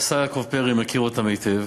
והשר יעקב פרי מכיר אותן היטב,